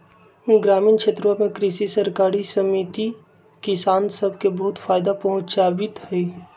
ग्रामीण क्षेत्रवा में कृषि सरकारी समिति किसान सब के बहुत फायदा पहुंचावीत हई